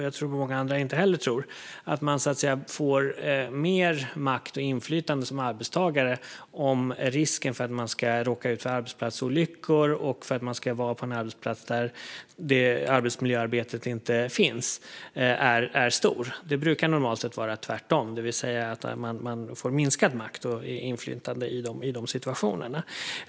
Jag och många andra tror inte att man som arbetstagare får mer makt och inflytande om det finns en risk för att råka ut för arbetsplatsolyckor eller om man är på en arbetsplats där det inte finns något arbetsmiljöarbete. Det brukar normalt sett vara tvärtom, det vill säga att man får minskad makt och minskat inflytande i sådana situationer.